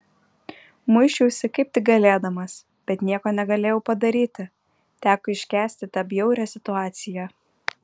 muisčiausi kaip tik galėdamas bet nieko negalėjau padaryti teko iškęsti tą bjaurią situaciją